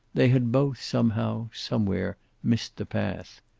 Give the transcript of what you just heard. they had both, somehow, somewhere, missed the path.